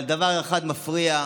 אבל דבר אחד מפריע: